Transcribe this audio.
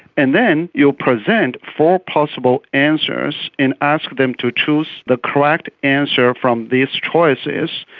and then you will present four possible answers and ask them to choose the correct answer from these choices.